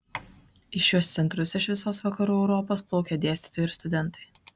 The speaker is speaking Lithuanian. į šiuos centrus iš visos vakarų europos plaukė dėstytojai ir studentai